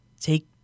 take